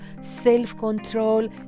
self-control